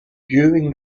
during